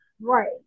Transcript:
Right